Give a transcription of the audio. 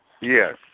Yes